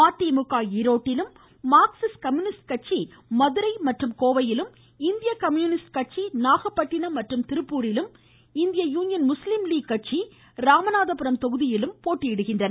மதிமுக ஈரோட்டிலும் Marxist communist கட்சி மதுரை மற்றும் கோவையிலும் இந்திய கம்யூனிஸ்ட் கட்சி நாகப்பட்டிணம் மற்றும் திருப்பூரிலும் இந்திய யூனியன் முஸ்லீம் லீக் கட்சி ராமநாதபுரம் தொகுதியிலும் போட்டியிடுகின்றன